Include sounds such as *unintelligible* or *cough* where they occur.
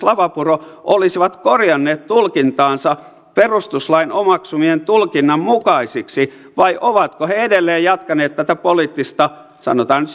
*unintelligible* lavapuro olisivat korjanneet tulkintaansa perustuslain omaksumien tulkinnan mukaisiksi vai ovatko he edelleen jatkaneet tätä poliittista sanotaan nyt *unintelligible*